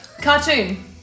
Cartoon